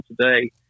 today